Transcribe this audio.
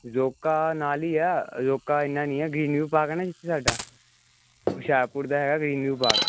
ਰੋਕਾ ਨਾਲ ਹੀ ਆ ਰੋਕਾ ਇੰਨਾ ਨਹੀਂ ਹੈ ਰੀਨਿਊ ਪਾਰਕ ਆ ਨਾ ਜਿੱਥੇ ਸਾਡਾ ਹੋਸ਼ਿਆਰਪੁਰ ਦਾ ਹੈਗਾ ਰੀਨਿਊ ਪਾਰਕ